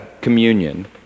communion